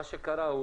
מה שקרה זה